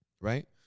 Right